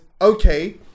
okay